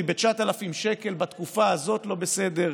ב-9,000 שקלים בתקופה הזו לא בסדר,